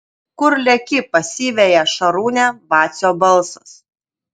kur leki pasiveja šarūnę vacio balsas